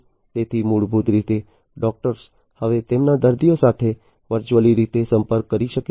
તેથી મૂળભૂત રીતે ડૉક્ટર હવે તેમના દર્દીઓ સાથે વર્ચ્યુઅલ રીતે સંપર્ક કરી શકે છે